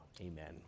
Amen